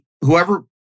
whoever